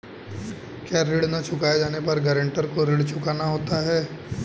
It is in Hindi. क्या ऋण न चुकाए जाने पर गरेंटर को ऋण चुकाना होता है?